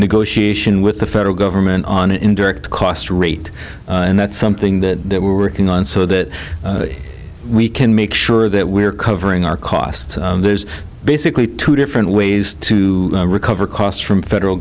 negotiation with the federal government on an indirect cost rate and that's something that we're going on so that we can make sure that we're covering our costs there's basically two different ways to recover cost from federal